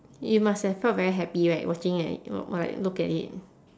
you must have felt very happy right watching like or like look at it